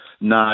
No